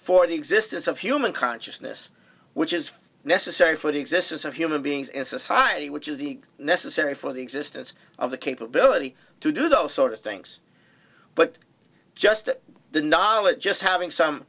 for the existence of human consciousness which is necessary for the existence of human beings in society which is the necessary for the existence of the capability to do those sort of things but just the knowledge just having some